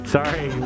Sorry